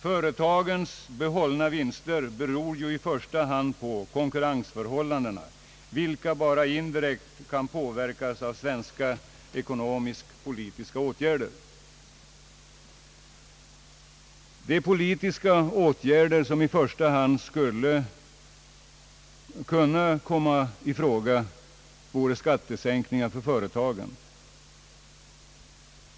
Företagens behållna vinster beror ju i första hand på konkurrensförhållanden, vilka bara indirekt kan påverkas av ekonomisk-politiska åtgärder. De politiska åtgärder som i första hand skulle kunna komma i fråga vore skattesänkningar för företagen.